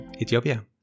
Ethiopia